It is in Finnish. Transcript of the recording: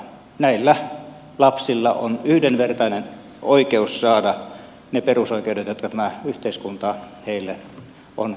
näillä lapsilla on yhdenvertainen oikeus saada ne perusoikeudet jotka tämä yhteiskunta heille on luvannut taata